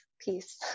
peace